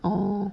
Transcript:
orh